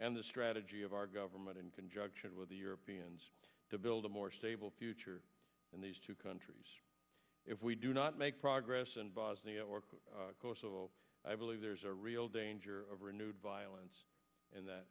and the strategy of our government in conjunction with the europeans to build a more stable future in these two countries if we do not make progress in bosnia or kosovo i believe there's a real danger of renewed violence in that